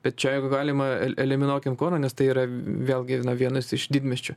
bet čia jeigu galima el eliminuokim kauną nes tai yra vėlgi na vienas iš didmiesčių